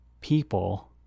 people